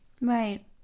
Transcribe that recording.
Right